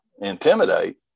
intimidate